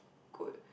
good